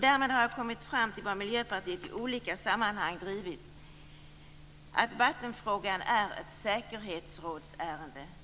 Därmed har jag kommit fram till vad Miljöpartiet i olika sammanhang drivit, nämligen att vattenfrågan är ett säkerhetsrådsärende.